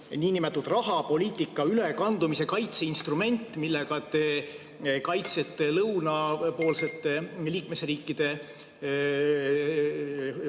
niinimetatud rahapoliitika ülekandumise kaitseinstrument, millega te kaitsete lõunapoolsete liikmesriikide